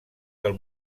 del